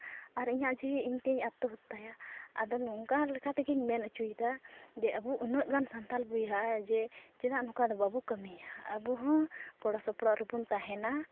ᱟᱨ ᱤᱧᱟᱹᱜ ᱡᱤᱣᱤ ᱤᱧ ᱛᱤᱧ ᱟᱛᱛᱚᱦᱚᱛᱛᱟᱭᱟ ᱟᱫᱚ ᱱᱚᱝᱠᱟ ᱞᱮᱠᱟ ᱛᱮᱜᱤᱧ ᱢᱮᱱ ᱦᱚᱪᱚᱭᱫᱟ ᱡᱮ ᱟᱵᱚ ᱩᱱᱟᱹᱜ ᱜᱟᱱ ᱥᱟᱱᱛᱟᱞ ᱵᱚᱭᱦᱟ ᱡᱮ ᱪᱮᱫᱟᱜ ᱱᱚᱝᱠᱟ ᱫᱚ ᱵᱟᱵᱚ ᱠᱟᱹᱢᱤᱭᱟ ᱟᱵᱚ ᱦᱚᱸ ᱜᱚᱲᱚ ᱥᱚᱯᱚᱦᱚᱫ ᱨᱮᱵᱚᱱ ᱛᱟᱦᱮᱱᱟ